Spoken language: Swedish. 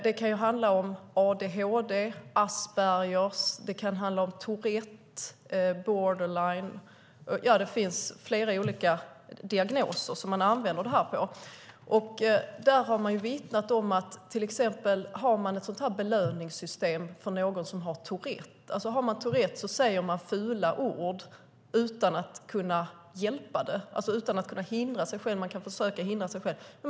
Det kan handla om adhd, Asperger, Tourette och borderline - det finns flera olika diagnoser som man använder detta på. Har man Tourette säger man fula ord utan att kunna hjälpa det, utan att kunna hindra sig själv.